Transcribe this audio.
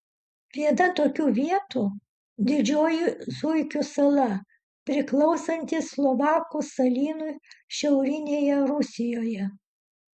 viena tokių vietų didžioji zuikių sala priklausanti solovkų salynui šiaurinėje rusijoje